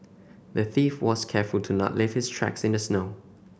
the thief was careful to not leave his tracks in the snow